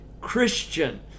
Christian